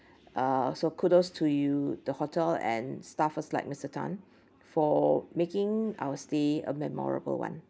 uh so kudos to you the hotel and staffers like mister tan for making our stay a memorable one